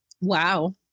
Wow